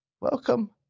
welcome